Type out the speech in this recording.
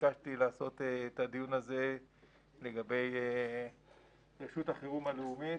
ביקשתי לקיים את הדיון הזה לגבי רשות החירום הלאומית.